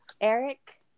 Eric